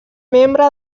membre